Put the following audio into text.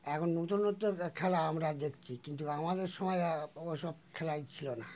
এখন নতুন নতুন খেলা আমরা দেখছি কিন্তু আমাদের সময় আর ওসব খেলাই ছিল না